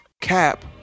cap